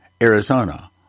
Arizona